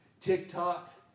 TikTok